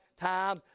time